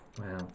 Wow